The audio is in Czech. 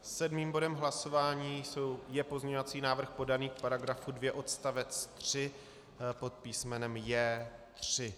Sedmým bodem hlasování je pozměňovací návrh podaný k § 2 odst. 3 pod písmenem J3.